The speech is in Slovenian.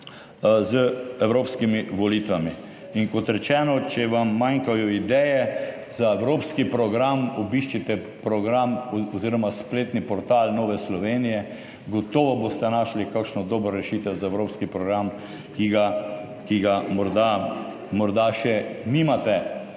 z evropskimi volitvami. In kot rečeno, če vam manjkajo ideje za evropski program, obiščite program oziroma spletni portal Nove Slovenije, gotovo boste našli kakšno dobro rešitev za evropski program, ki ga morda, morda še nimate.